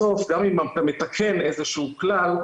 בסוף גם אם אתה מתקן איזשהו כלל,